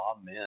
Amen